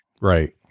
Right